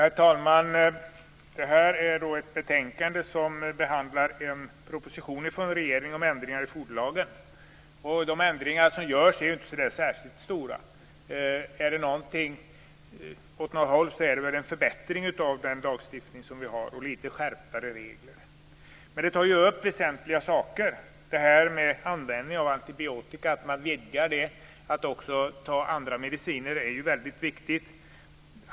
Herr talman! Det här betänkandet behandlar en proposition från regeringen om ändringar i foderlagen. De ändringar som görs är inte särskilt stora. Möjligen är det en förbättring av den lagstiftning vi har och något skärpta regler. Men propositionen tar upp väsentliga saker. Att man vidgar reglerna om användningen av antibiotika till att också gälla andra mediciner är väldigt viktigt.